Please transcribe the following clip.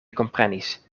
komprenis